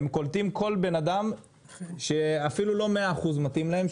הם קולטים כל אדם שאפילו לא 100% מתאים להם,